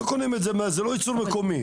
זה לא ייצור מקומי.